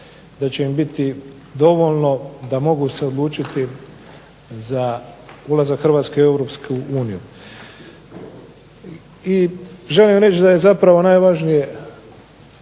da će im biti dovoljno da mogu se odlučiti za ulazak Hrvatske u Europsku uniju. želim reći da je najvažnije